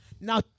Now